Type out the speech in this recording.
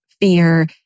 fear